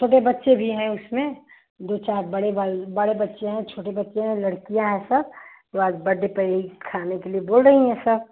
छोटे बच्चे भी हें उसमें दो चार बड़े बल बड़े बच्चे हैं छोटे बच्चे हैं लड़कियां हैं सब वो आज बड्डे पर ही खाने के लिए बोलेंगे सब